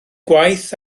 gwaith